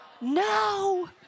No